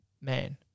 man